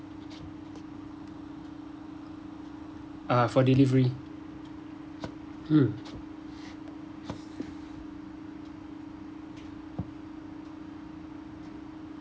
uh for delivery mm